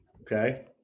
Okay